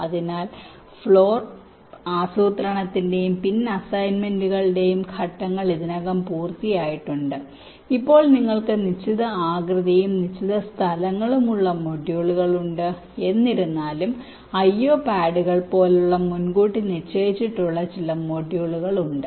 അതിനാൽ ഫ്ലോർ ആസൂത്രണത്തിന്റെയും പിൻ അസൈൻമെന്റുകളുടെയും ഘട്ടങ്ങൾ ഇതിനകം പൂർത്തിയായിട്ടുണ്ട് ഇപ്പോൾ നിങ്ങൾക്ക് നിശ്ചിത ആകൃതിയും നിശ്ചിത സ്ഥലങ്ങളും ഉള്ള മൊഡ്യൂളുകൾ ഉണ്ട് എന്നിരുന്നാലും IO പാഡുകൾ പോലുള്ള മുൻകൂട്ടി നിശ്ചയിച്ചിട്ടുള്ള ചില മൊഡ്യൂളുകൾ ഉണ്ട്